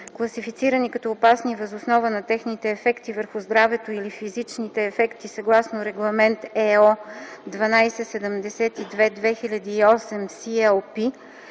класифицирани като опасни въз основа на техните ефекти върху здравето или физичните ефекти съгласно Регламент (ЕО) № 1272/2008 (CLP),